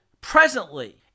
presently